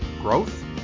Growth